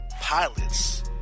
pilots